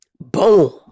Boom